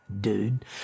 dude